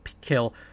kill